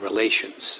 relations.